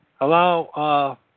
allow